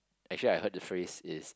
actually I heard the phrase is